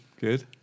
good